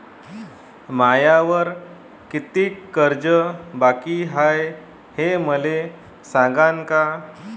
मायावर कितीक कर्ज बाकी हाय, हे मले सांगान का?